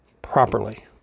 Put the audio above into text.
Properly